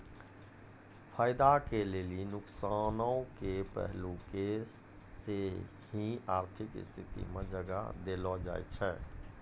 फायदा के लेली नुकसानो के पहलू के सेहो आर्थिक स्थिति मे जगह देलो जाय छै